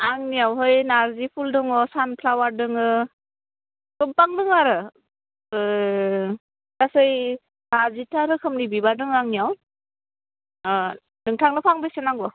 आंनियावहाय नारजि फुल दङ सानफ्लावार दङ गोबां दङ आरो गासै बाजिथा रोखोमनि बिबार दङ आंनियाव नोंथांनो फांबेसे नांगौ